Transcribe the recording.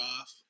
off